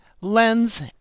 lens